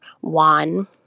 one